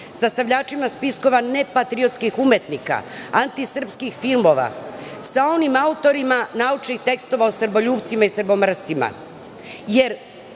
sastavljačima spiskova nepatriotskih umetnika, antisrpskih filmova, sa onim autorima naučnih tekstova o srboljupcima i srbomrscima,